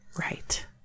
Right